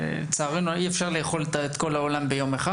לצערנו אי אפשר לאכול את כל העולם ביום אחד.